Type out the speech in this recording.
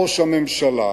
ראש הממשלה,